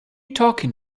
talking